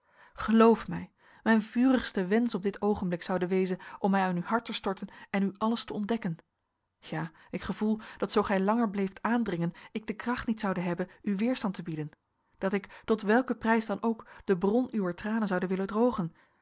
geloof mij mijn vurigste wensch op dit oogenblik zoude wezen om mij aan uw hart te storten en u alles te ontdekken ja ik gevoel dat zoo gij langer bleeft aandringen ik de kracht niet zoude hebben u weerstand te bieden dat ik tot welken prijs dan ook de bron uwer tranen zoude willen drogen